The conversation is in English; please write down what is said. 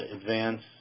advance